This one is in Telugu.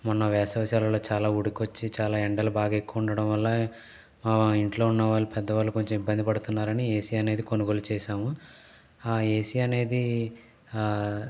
మొన్న వేసవి సెలవుల్లో చాలా ఉడుకు వచ్చి చాలా ఎండలు బాగా ఎక్కువ ఉండటం వల్ల మా ఇంట్లో ఉన్న వాళ్ళు పెద్దవాళ్ళు కొంచెం ఇబ్బంది పడుతున్నారని ఏసీ అనేది కొనుగోలు చేశాము ఆ ఏసీ అనేది